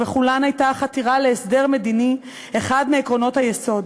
ובכולן הייתה החתירה להסדר מדיני אחד מעקרונות היסוד.